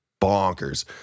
bonkers